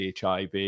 HIV